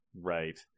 Right